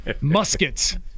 Muskets